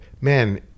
Man